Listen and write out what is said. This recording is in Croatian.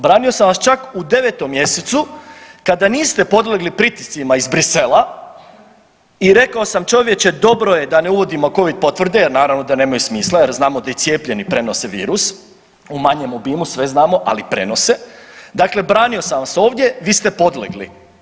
Branio sam vas čak u 9. mjesecu kada niste podlegli pritiscima iz Brisela i rekao sam čovječe dobro je da ne uvodimo covid potvrde jer naravno da nemaju smisla jer znamo da i cijepljeni prenose virus, u manjem obimu, sve znamo, ali prenose, dakle branio sam vas ovdje, vi ste podlegli.